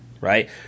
right